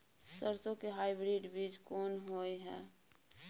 सरसो के हाइब्रिड बीज कोन होय है?